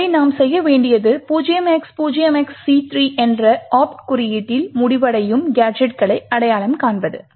எனவே நாம் செய்ய வேண்டியது 0x0XC3 என்ற ஒப்ட் குறியீட்டில் முடிவடையும் கேஜெட்களை அடையாளம் காண்பது